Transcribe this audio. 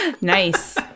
Nice